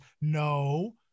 no